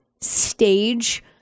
stage